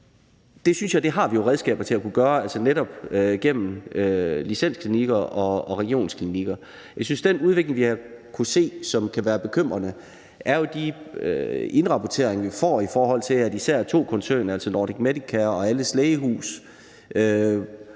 Det synes jeg jo vi har redskaberne til at kunne gøre, altså netop gennem licensklinikker og regionsklinikker. Den udvikling, som vi har kunnet se, og som jeg synes kan være bekymrende, handler jo om de indrapporteringer, vi får, og de viser, at især to koncerner, altså Nordic Medicare og alles Lægehus,